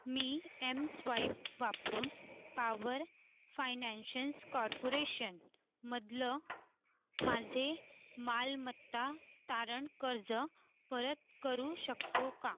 मी mSwipe वापरून power finances कार्पोरेशनमधलं माझे मालमत्ता तारण कर्ज परत करू शकतो का